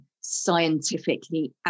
scientifically